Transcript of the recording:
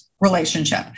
relationship